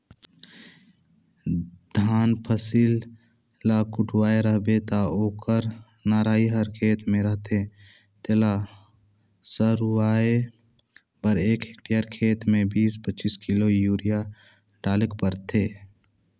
धान फसिल ल कटुवाए रहबे ता ओकर नरई हर खेते में रहथे तेला सरूवाए बर एक हेक्टेयर खेत में बीस पचीस किलो यूरिया डालेक परथे